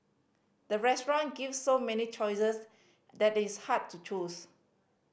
the restaurant gave so many choices that is hard to choose